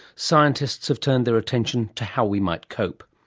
scientists have turned their attention to how we might cope.